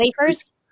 wafers